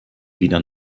wieder